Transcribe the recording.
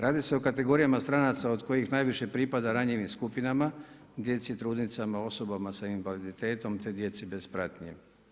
Radi se o kategorijama stranaca od kojih najviše pripada ranjivim skupinama djeci, trudnicama, osobama sa invaliditetom, te djeci bez pratnje.